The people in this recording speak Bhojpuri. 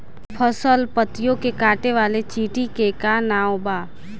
फसल पतियो के काटे वाले चिटि के का नाव बा?